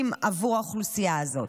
מאוד מאוד בעבור האוכלוסייה הזאת.